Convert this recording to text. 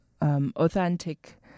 authentic